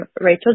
Rachel